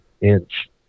inch